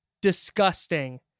disgusting